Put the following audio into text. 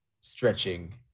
stretching